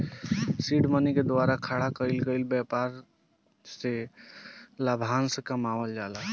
seed money के द्वारा खड़ा कईल गईल ब्यपार से लाभांस कमावल जाला